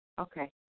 Okay